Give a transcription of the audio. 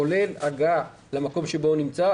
כולל הגעה למקום שבו הוא נמצא,